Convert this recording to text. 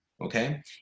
okay